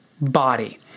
body